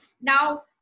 Now